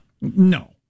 No